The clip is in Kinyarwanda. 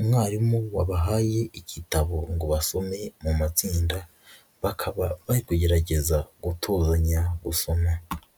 umwarimu wabahaye igitabo ngo basome mu matsinda, bakaba bari kugerageza gutozanya gusoma.